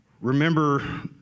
remember